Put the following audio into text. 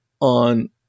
on